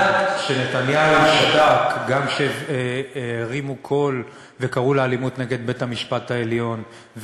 נתניהו שתק גם כשהרימו קול וקראו לאלימות נגד בית-המשפט העליון,